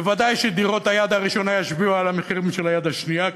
ודאי שדירות היד הראשונה ישפיעו על המחירים של דירות היד השנייה,